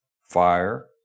fire